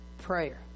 prayer